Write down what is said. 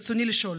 ברצוני לשאול: